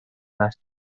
las